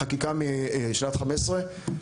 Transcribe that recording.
בחקיקה משנת 2015,